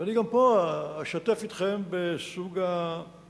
וגם פה אני אשתף אתכם בסוג הנושאים